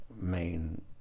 main